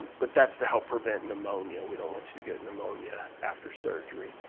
but that's to help prevent pneumonia, we don't want you to get pneumonia after surgery.